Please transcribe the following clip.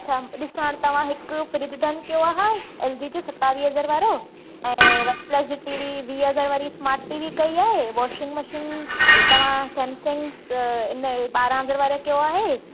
अच्छा ॾिसां तव्हां हिकु फ्रिज डन कयो आहे एल जी जो सतावीह हज़ार वारो ऐं OnePlus G T V वींह हज़ार वारी स्मार्ट टी वी कई आहे वॉशिंग मशीन तव्हां सेमसंग इन ॿारहं हज़ार वारा कयो आहे